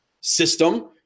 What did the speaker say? system